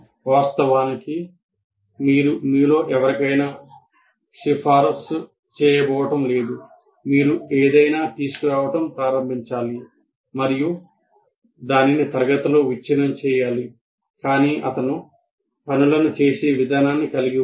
వాస్తవానికి మీరు మీలో ఎవరికైనా సిఫారసు చేయబోవడం లేదు మీరు ఏదైనా తీసుకురావడం ప్రారంభించాలి మరియు దానిని తరగతిలో విచ్ఛిన్నం చేయాలి కాని అతను పనులను చేసే విధానాన్ని కలిగి ఉన్నాడు